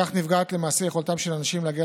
כך נפגעת למעשה יכולתם של אנשים להגיע